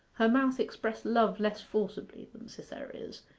her mouth expressed love less forcibly than cytherea's,